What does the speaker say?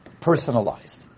personalized